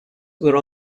were